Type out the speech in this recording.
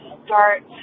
start